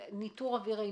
אוויר?